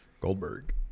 Goldberg